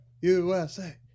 USA